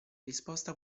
risposta